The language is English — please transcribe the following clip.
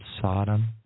Sodom